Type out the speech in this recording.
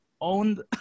owned